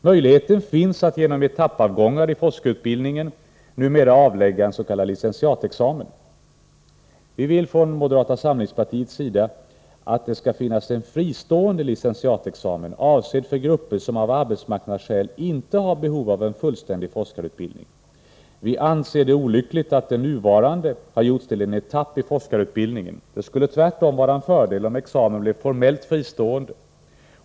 Möjligheten finns numera att genom etappavgångar i forskarutbildningen avlägga en s.k. licentiatexamen. Vi vill från moderata samlingspartiets sida att det skall finnas en fristående licentiatexamen avsedd för grupper som av arbetsmarknadsskäl inte har behov av en fullständig forskarutbildning. Vi anser det olyckligt att licentiatexamen har gjorts till en etapp i forskarutbildningen. Det skulle tvärtom vara en fördel om examen blev formellt fristående.